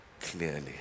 clearly